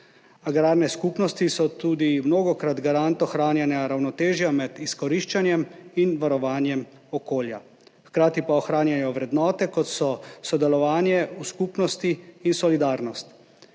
Agrarne skupnosti so tudi mnogokrat garant ohranjanja ravnotežja med izkoriščanjem in varovanjem okolja, hkrati pa ohranjajo vrednote, kot sta sodelovanje v skupnosti in solidarnost.